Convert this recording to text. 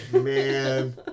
man